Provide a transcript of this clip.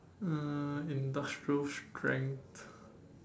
uh industrial strength